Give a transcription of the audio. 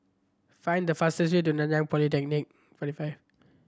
find the fastest way to Nanyang Polytechnic